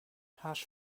hash